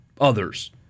others